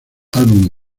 álbum